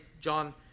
John